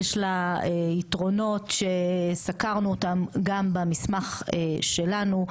יש לה יתרונות שסקרנו אותם גם במסמך שלנו,